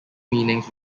meanings